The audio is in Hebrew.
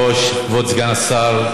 אדוני היושב-ראש, כבוד סגן השר,